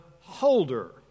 holder